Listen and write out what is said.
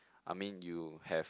I mean you have